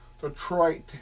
Detroit